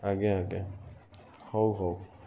ଆଜ୍ଞା ଆଜ୍ଞା ହେଉ ହେଉ